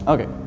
Okay